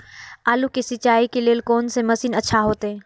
आलू के सिंचाई के लेल कोन से मशीन अच्छा होते?